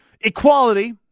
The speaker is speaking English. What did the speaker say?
Equality